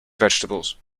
vegetables